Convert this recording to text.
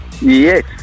yes